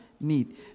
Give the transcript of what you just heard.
need